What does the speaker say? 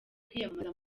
kwiyamamaza